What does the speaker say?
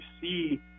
see